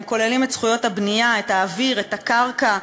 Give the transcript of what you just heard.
הם כוללים את זכויות הבנייה, את האוויר, את הקרקע.